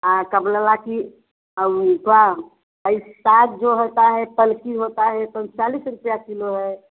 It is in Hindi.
और क्या बोला ला कि आ वह क्या आ यह साग जो होता है पलकी होता है यह तऊन चालीस रुपया किलो है